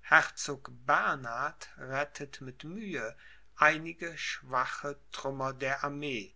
herzog bernhard rettet mit mühe einige schwache trümmer der armee